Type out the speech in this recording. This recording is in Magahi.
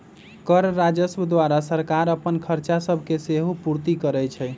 कर राजस्व द्वारा सरकार अप्पन खरचा सभके सेहो पूरति करै छै